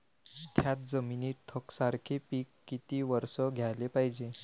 थ्याच जमिनीत यकसारखे पिकं किती वरसं घ्याले पायजे?